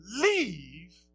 Leave